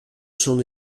son